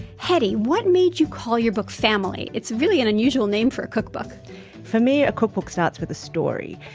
hetty, what made you call your book family? it's really an unusual name for a cookbook for me a cookbook starts with a story,